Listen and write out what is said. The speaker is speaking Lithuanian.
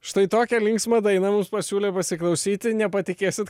štai tokią linksmą dainą mums pasiūlė pasiklausyti nepatikėsit